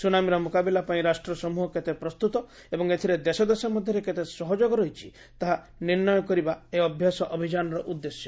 ସୁନାମିର ମୁକାବିଲା ପାଇଁ ରାଷ୍ଟ୍ର ସମୃହ କେତେ ପ୍ରସ୍ତୁତ ଏବଂ ଏଥିରେ ଦେଶ ଦେଶ ମଧ୍ୟରେ କେତେ ସହଯୋଗ ରହିଛି ତାହା ନିର୍ଣ୍ଣୟ କରିବା ଏହି ଅଭ୍ୟାସ ଅଭିଯାନର ଉଦ୍ଦେଶ୍ୟ